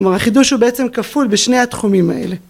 ‫כלומר, החידוש הוא בעצם כפול ‫בשני התחומים האלה.